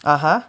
(uh huh)